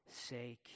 sake